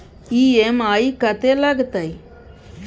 EMI कत्ते लगतै?